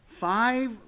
five